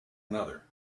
another